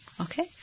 Okay